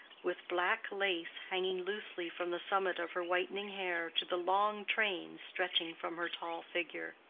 with black lace hanging loosely from the summit of her whitening hair to the long train stretching from her tall figure.